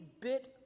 bit